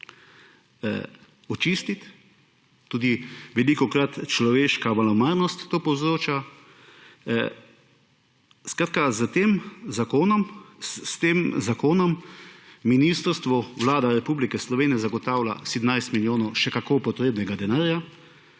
očistiti. Tudi velikokrat človeška malomarnost to povzroča. Skratka, s tem zakonom ministrstvo, Vlada Republike Slovenije zagotavlja 17 milijonov še kako potrebnega denarja,